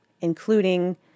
including